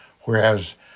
Whereas